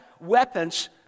weapons